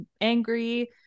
angry